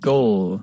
Goal